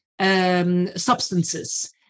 substances